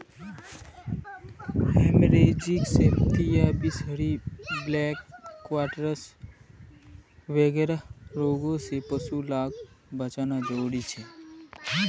haemorrhagic septicaemia, बीसहरिया, black quarters वगैरह रोगों से पशु लाक बचाना ज़रूरी छे